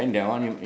(uh huh)